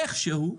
איכשהו,